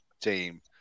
team